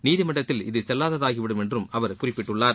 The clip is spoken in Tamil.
நீதிமன்றத்தில் இது செல்வாததாகிவிடும் என்றும் அவர் குறிப்பிட்டுள்ளார்